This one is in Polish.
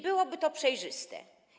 Byłoby to przejrzyste.